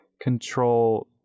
control